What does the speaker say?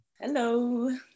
Hello